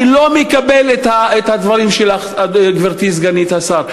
אני לא מקבל את הדברים שלך, גברתי סגנית השר.